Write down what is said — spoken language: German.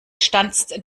stanzt